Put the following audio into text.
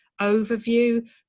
overview